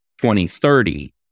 2030